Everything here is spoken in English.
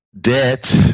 debt